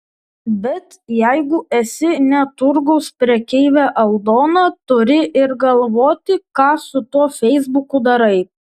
bet jeigu esi ne turgaus prekeivė aldona turi ir galvoti ką su tuo feisbuku darai